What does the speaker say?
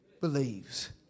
believes